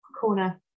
corner